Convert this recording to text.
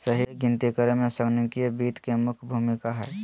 सही गिनती करे मे संगणकीय वित्त के मुख्य भूमिका हय